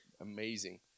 amazing